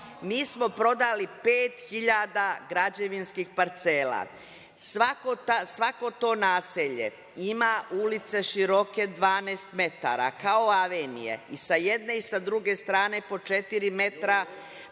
Mi smo prodali 5.000 građevinskih parcela. Svako to naselje ima ulice široke 12 metara, kao avenije, i sa jedne i sa druge strane po četiri